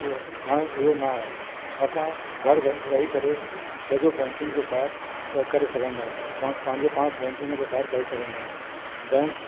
हाणे इहो नाहे असां घर व वेही करे सॼो बैंकिंग जो कार्य करे सघंदा आहियूं मां पंहिंजे पाणि बैंकिंग जो कार्य करे सघंदा आहियूं बैंक